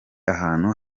ahantu